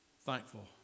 thankful